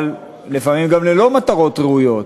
אבל לפעמים גם למטרות לא ראויות.